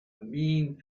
mean